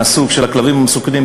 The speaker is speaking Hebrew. מהסוג של הכלבים המסוכנים,